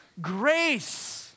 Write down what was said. Grace